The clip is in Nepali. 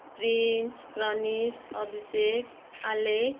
प्रिन्स प्रनिस अभिषेक आलेख